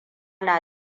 na